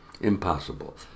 Impossible